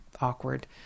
awkward